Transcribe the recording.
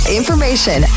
information